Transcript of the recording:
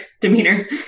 demeanor